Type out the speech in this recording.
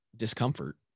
discomfort